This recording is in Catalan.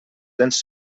dents